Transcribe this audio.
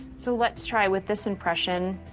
so let's try with this impression,